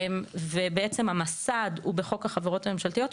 ובעצם המסד הוא בעצם בחוק החברות הממשלתיות,